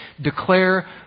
declare